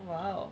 !wow!